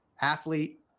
athlete